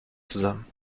zusammen